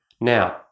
Now